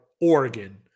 Oregon